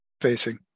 facing